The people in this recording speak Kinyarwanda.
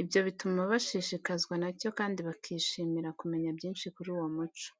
Ibyo bituma bashishikazwa na cyo kandi bakishimira kumenya byinshi kuri uwo muco.